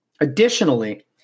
Additionally